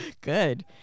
Good